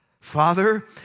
Father